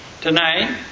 Tonight